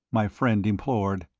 my friend implored.